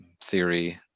theory